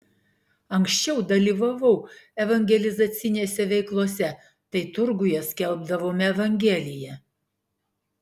anksčiau dalyvavau evangelizacinėse veiklose tai turguje skelbdavome evangeliją